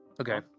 okay